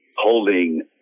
holding